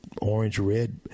orange-red